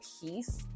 peace